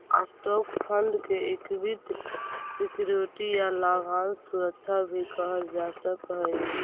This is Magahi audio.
स्टॉक फंड के इक्विटी सिक्योरिटी या लाभांश सुरक्षा भी कहल जा सकऽ हई